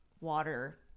water